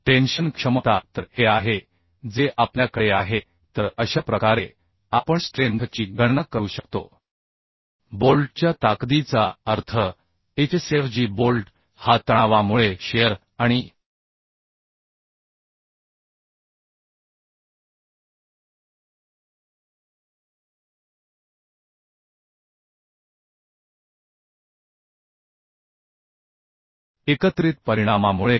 tension क्षमता तर हे आहे जे आपल्याकडे आहे तर अशा प्रकारे आपण स्ट्रेंथ ची गणना करू शकतो म्हणजे बोल्टच्या ताकदीचा अर्थ HSFG बोल्ट हा तणावामुळे शिअर आणि एकत्रित परिणामामुळे आहे